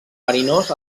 verinós